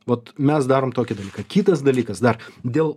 vat mes darom tokį dalyką kitas dalykas dar dėl